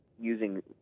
using